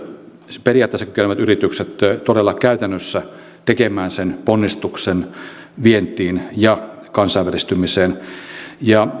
siis periaatteessa kykenevät yritykset todella käytännössä tekemään sen ponnistuksen vientiin ja kansainvälistymiseen ja